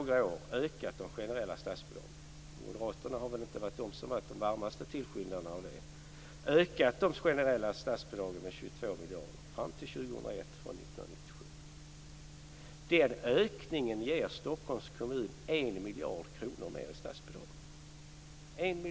Vi har ökat de generella statsbidragen med 22 miljarder från 1997 fram till 2001, och Moderaterna har väl inte varit de som har varit de varmaste tillskyndarna av detta. Denna ökning ger Stockholms kommun 1 miljard kronor mer i statsbidrag!